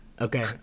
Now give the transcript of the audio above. Okay